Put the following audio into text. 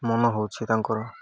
ମନ ହେଉଛି ତାଙ୍କର